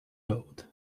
road